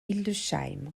hildesheim